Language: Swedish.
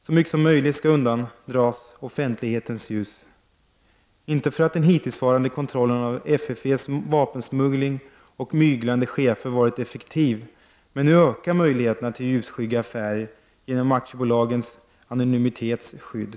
Så mycket som möjligt skall undandras offentlighetens ljus, inte för att den hittillsvarande kontrollen av FFV:s vapensmuggling och myglande chefer har varit effektiv, men nu ökar möjligheterna till ljusskygga affärer genom aktiebolagslagens anonymitetsskydd.